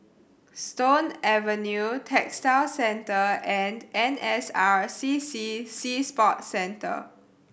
Stone Avenue Textile Centre and N S R C C Sea Sports Centre